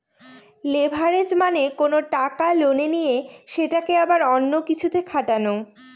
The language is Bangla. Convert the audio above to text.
লেভারেজ মানে কোনো টাকা লোনে নিয়ে সেটাকে আবার অন্য কিছুতে খাটানো